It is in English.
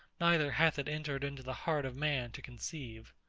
neither hath it entered into the heart of man to conceive.